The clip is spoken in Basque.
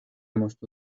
moztu